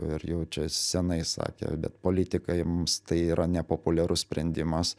ir jau čia senai sakė bet politikams tai yra nepopuliarus sprendimas